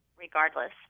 regardless